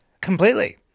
Completely